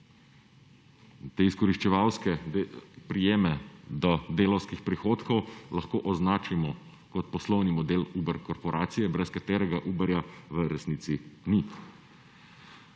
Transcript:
Te izkoriščevalske prijeme do delavskih prihodkov lahko označimo kot poslovni model Uber korporacije brez katerega Uberja v resnici ni.